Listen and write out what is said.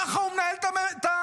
ככה הוא מנהל את המשטרה.